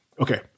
Okay